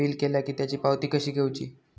Bill केला की त्याची पावती कशी घेऊची?